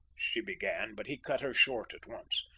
she began, but he cut her short at once.